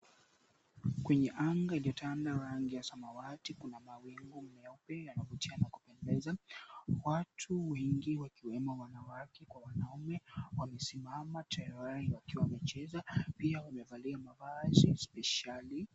Kwenye anga iliyo tanda rangi ya samawati kuna mawingu meupe ya kuvutia na kupendeza. Watu wengi wakiwemo wanawake kwa wanaume wamesimama tayari wakiwa wamecheza pia wamevalia mavazi spesheli.